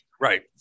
Right